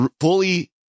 fully